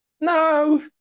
No